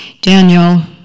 Daniel